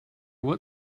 what